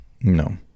No